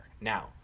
Now